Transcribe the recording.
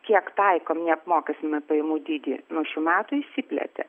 kiek taikom neapmokestinamąjį pajamų dydį nuo šių metų išsiplėtė